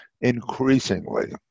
increasingly